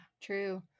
true